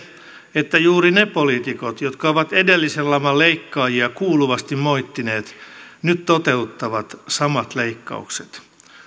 että juuri ne poliitikot jotka ovat edellisen laman leikkaajia kuuluvasti moittineet nyt toteuttavat samat leikkaukset